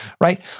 right